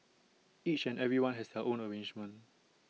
each and everyone has their own arrangement